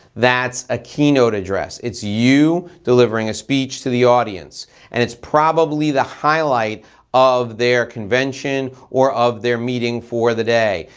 that's a keynote address. it's you delivering a speech to the audience and it's probably the highlight of their convention or of their meeting for the day.